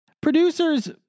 Producers